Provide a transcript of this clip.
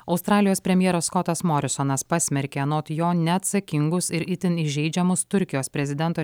australijos premjeras skotas morisonas pasmerkė anot jo neatsakingus ir itin įžeidžiamus turkijos prezidento